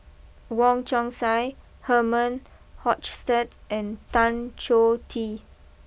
Wong Chong Sai Herman Hochstadt and Tan Choh Tee